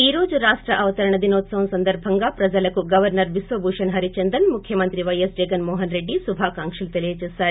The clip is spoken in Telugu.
ఈ రోజు రాష్ట అవతరణ దినోత్సవం సందర్బంగా ప్రజలకు గవర్చర్ విశ్వభూషణ్ హరిచందన్ ముఖ్యమంత్రి వైఎస్ జగన్మోహన్రెడ్డి శుభాకాంక్షలు తెలిపారు